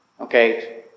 okay